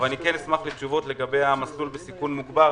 אני כן אשמח לתשובות לגבי המסלול בסיכון מוגבר,